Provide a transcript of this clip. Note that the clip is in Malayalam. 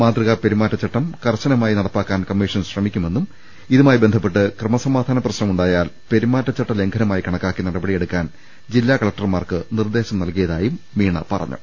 മാതൃകാ പെരുമാറ്റച്ചട്ടം കർശനമായി നടപ്പാക്കാൻ കമ്മീഷൻ ശ്രമിക്കുമെന്നും ഇതുമായി ബന്ധപ്പെട്ട് ക്രമസമാധാന പ്രശ്നമുണ്ടായാൽ പെരുമാറ്റ ച്ചട്ടലംഘനമായി കണക്കാക്കി നടപടിയെടുക്കാൻ ജില്ലാ കലകൂർമാർക്ക് നിർദേശം നൽകിയതായും മീണ പറഞ്ഞു